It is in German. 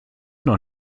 noch